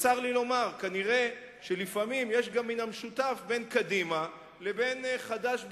צר לי לומר שכנראה לפעמים יש גם מן המשותף בין קדימה לבין חד"ש,